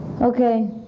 Okay